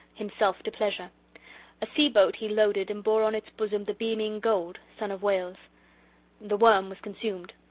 himself to pleasure a sea-boat he loaded, and bore on its bosom the beaming gold, son of waels the worm was consumed.